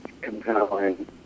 compelling